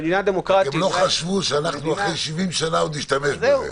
במדינה דמוקרטית --- הם לא חשבו שאנחנו אחרי 70 שנה עוד נשתמש בזה.